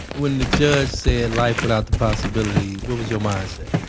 when the judge said life without the possibility. what was your mindset?